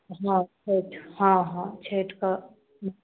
एम्हर छठि हँ हँ छठिके